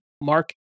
Mark